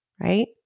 right